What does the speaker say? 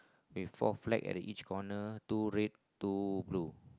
with four flag at the each corner two red two blue